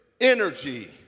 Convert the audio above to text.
energy